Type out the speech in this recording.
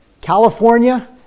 California